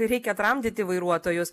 reikia tramdyti vairuotojus